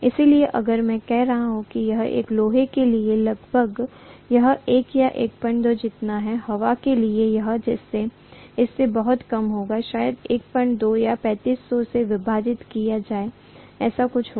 इसलिए अगर मैं कहूं कि यह लोहे के लिए तो लगभग यह 1 या 12 जितना है हवा के लिए यह उससे बहुत कम होगा शायद 12 को 3500 से विभाजित किया जाए ऐसा कुछ होगा